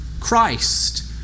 Christ